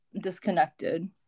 disconnected